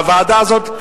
הוועדה הזאת,